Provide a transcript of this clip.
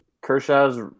Kershaw's